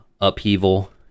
upheaval